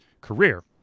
career